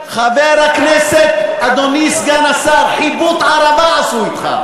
חבר הכנסת, אדוני סגן השר, חיבוט ערבה עשו אתך.